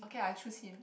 okay lah I choose him